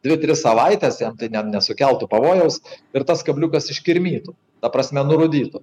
dvi tris savaites jam tai ne nesukeltų pavojaus ir tas kabliukas iškirmytų ta prasme nurūdytų